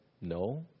No